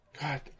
God